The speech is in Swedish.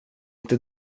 inte